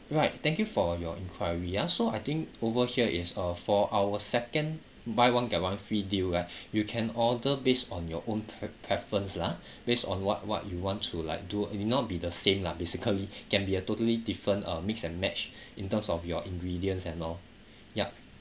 right thank you for your inquiry ah so I think over here is uh for our second buy one get one free deal right you can order based on your own pre~ preference lah based on what what you want to like do it not be the same lah basically can be a totally different uh mix and match in terms of your ingredients and all yup